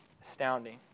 Astounding